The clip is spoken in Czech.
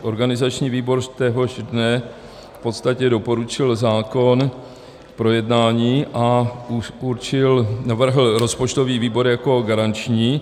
Organizační výbor téhož dne v podstatě doporučil zákon k projednání a navrhl rozpočtový výbor jako garanční.